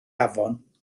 afon